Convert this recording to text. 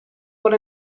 what